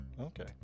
Okay